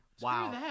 Wow